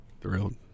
Thrilled